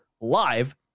live